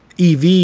EV